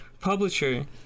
publisher